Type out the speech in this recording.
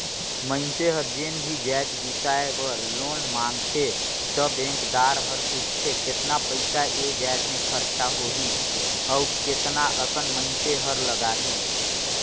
मइनसे हर जेन भी जाएत बिसाए बर लोन मांगथे त बेंकदार हर पूछथे केतना पइसा ए जाएत में खरचा होही अउ केतना अकन मइनसे हर लगाही